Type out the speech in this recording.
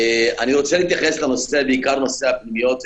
אני רוצה להתייחס בעיקר לנושא הפנימיות,